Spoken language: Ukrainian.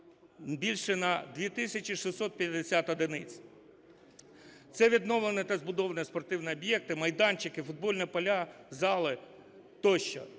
більше на 2 тисячі 650 одиниць. Це відновлені та збудовані спортивні об'єкти, майданчики, футбольні поля, зали тощо.